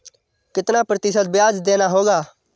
कितना प्रतिशत ब्याज देना होगा?